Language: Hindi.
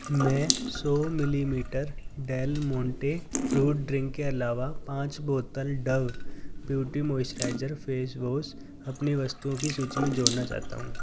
मैं सौ मिलीलीटर डेलमोंटे फ्रूट ड्रिंक के अलावा पाँच bottle Dove beauty moisturiser face wash अपनी वस्तुओं की सूची में जोड़ना चाहता हूँ